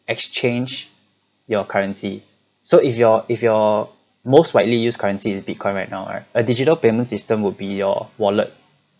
exchange your currency so if your if your most widely used currencies bitcoin right now are a digital payment system would be your wallet